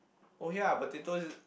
oh ya potatoes